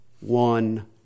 one